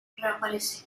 reaparece